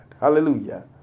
Hallelujah